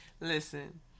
Listen